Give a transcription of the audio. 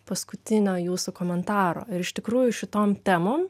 paskutinio jūsų komentaro ir iš tikrųjų šitom temom